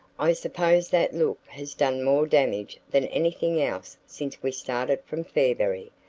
i suppose that look has done more damage than anything else since we started from fairberry.